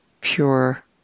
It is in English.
pure